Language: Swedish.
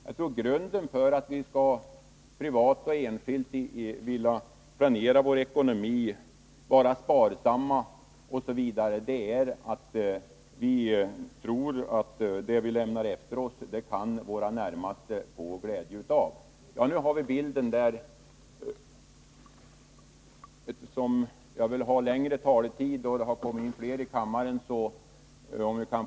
Jag tror att grunden för att vi privat skall vilja planera vår ekonomi, vara sparsamma osv., är att vi tror att våra närmaste kan få glädje av vad vi lämnar efter oss.